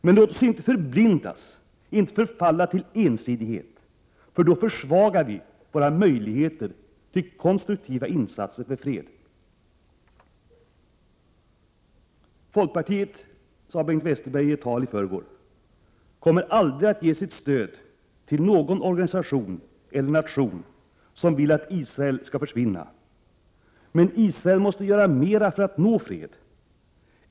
Men låt oss inte förblindas, inte förfalla till ensidighet. Då försvagar vi våra möjligheter till konstruktiva insatser för fred. Bengt Westerberg sade i ett tal i förrgår att folkpartiet aldrig kommer att ge sitt stöd till någon organisation eller nation som vill att Israel skall försvinna, men Israel måste göra mera för att nå fred.